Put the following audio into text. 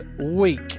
week